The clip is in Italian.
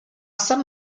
san